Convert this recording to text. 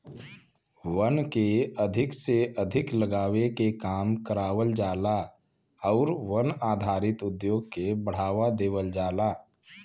वन के अधिक से अधिक लगावे के काम करावल जाला आउर वन आधारित उद्योग के बढ़ावा देवल जाला